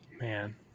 Man